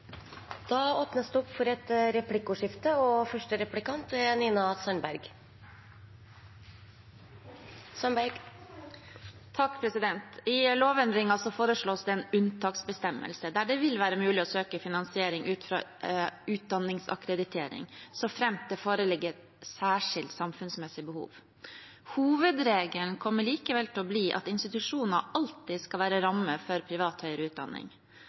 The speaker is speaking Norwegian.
Det blir replikkordskifte. I lovendringen foreslås det en unntaksbestemmelse der det vil være mulig å søke finansiering ut fra institusjonsakkreditering, så fremt det foreligger «særlige samfunnsmessige behov». Hovedregelen kommer likevel til å bli at institusjoner alltid skal være rammen for privat høyere utdanning.